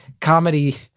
comedy